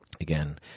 again